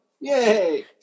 Yay